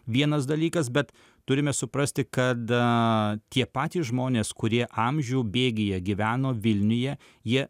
vienas dalykas bet turime suprasti kad tie patys žmonės kurie amžių bėgyje gyveno vilniuje jie